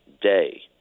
day